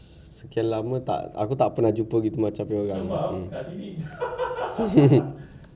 sekian lama tak aku tak tak pernah jumpa gitu macam punya mm